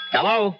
Hello